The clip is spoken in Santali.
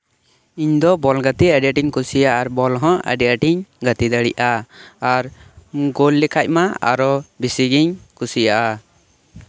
ᱤᱧ ᱫᱚ ᱵᱚᱞ ᱜᱟᱛᱤᱜ ᱟᱹᱰᱤ ᱟᱸᱴ ᱤᱧ ᱠᱩᱥᱤᱭᱟᱜᱼᱟ ᱟᱨ ᱵᱚᱞ ᱦᱚᱸ ᱟᱰᱤ ᱟᱸᱴᱤᱧ ᱜᱟᱛᱤ ᱫᱟᱲᱤᱭᱟᱜᱼᱟ ᱟᱨ ᱜᱳᱞ ᱞᱮᱠᱷᱟᱡ ᱢᱟ ᱟᱨᱚᱦᱚᱸ ᱡᱟᱹᱥᱛᱤᱜᱤᱧ ᱠᱩᱥᱤᱭᱟᱜᱼᱟ